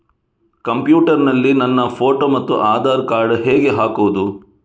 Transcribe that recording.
Computer ನಲ್ಲಿ ನನ್ನ photo ಮತ್ತು ಆಧಾರ್ ಕಾರ್ಡ್ ಹೇಗೆ ಹಾಕುವುದು?